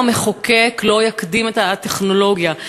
לעולם המחוקק לא יקדים את הטכנולוגיה,